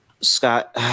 Scott